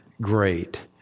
great